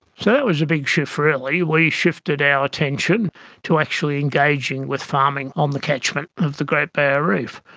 so that was a big shift really. we shifted our attention to actually engaging with farming on the catchment of the great barrier reef.